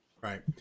Right